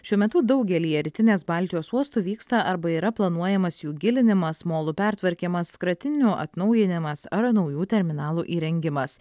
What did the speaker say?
šiuo metu daugelyje rytinės baltijos uostų vyksta arba yra planuojamas jų gilinimas molų pertvarkymas krantinių atnaujinimas ar naujų terminalų įrengimas